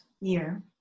year